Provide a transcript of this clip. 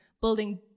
building